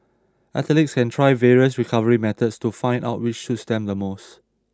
athletes can try various recovery methods to find out which suits them the most